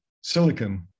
silicon